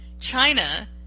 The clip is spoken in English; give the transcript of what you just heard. China